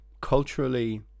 culturally